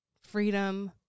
Freedom